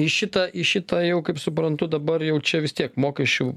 į šitą į šitą jau kaip suprantu dabar jau čia vis tiek mokesčių